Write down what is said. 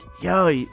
yo